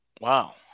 Wow